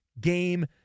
Game